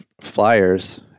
flyers